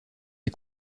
est